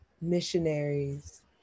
missionaries